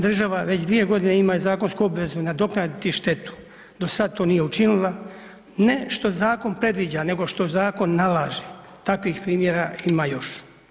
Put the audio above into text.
Država već dvije godine ima i zakonsku obvezu nadoknaditi štetu, do sad to nije učinila, ne što zakon predviđa nego što zakon nalaže, takvih primjera ima još.